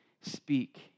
speak